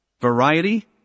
Variety